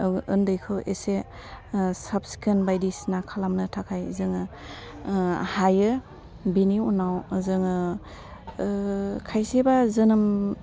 औ ओन्दैखौ एसे साब सिखोन बायदिसिना खालामनो थाखाय जोङो हायो बेनि उनाव जोङो खायसेबा जोनोम